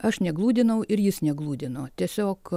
aš ne gludinau ir jis negludino tiesiog